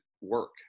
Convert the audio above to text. work